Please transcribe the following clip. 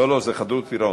לא לא, חדלות פירעון.